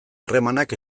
harremanak